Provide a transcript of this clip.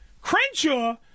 Crenshaw